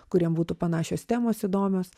kuriem būtų panašios temos įdomios